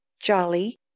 JOLLY